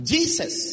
Jesus